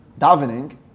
davening